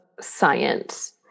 science